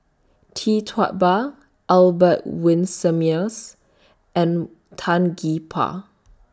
Tee Tua Ba Albert Winsemius and Tan Gee Paw